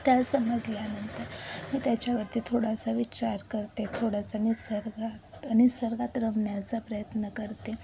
त्या समजल्यानंतर मी त्याच्यावरती थोडासा विचार करते थोडासा निसर्गात निसर्गात रमण्याचा प्रयत्न करते